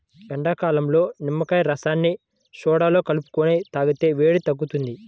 ఎండాకాలంలో నిమ్మకాయ రసాన్ని సోడాలో కలుపుకొని తాగితే వేడి తగ్గుతుంది